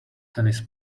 tennis